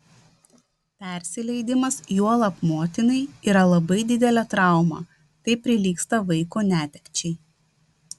persileidimas juolab motinai yra labai didelė trauma tai prilygsta vaiko netekčiai